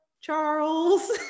Charles